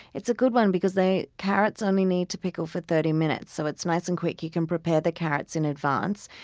it's a good one because the carrots only need to pickle for thirty minutes. so it's nice and quick. you can prepare the carrots in advance.